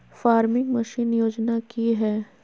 Farming machine योजना कि हैय?